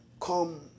come